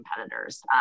competitors